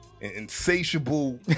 insatiable